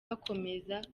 bakomeza